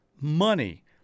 Money